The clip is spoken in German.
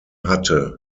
hatte